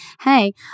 hey